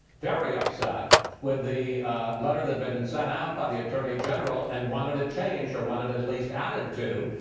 very upset with the letter that bed and sat out by the attorney general and wanted to change or wanted, at least added to.